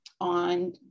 on